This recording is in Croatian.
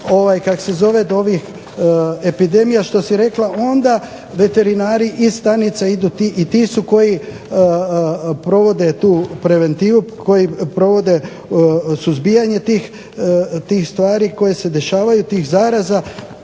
kad dođe do ovih epidemija što si rekla onda veterinari iz stanica idu i ti su koji provode tu preventivu, koji provode suzbijanje tih stvari koje se dešavaju, tih zaraza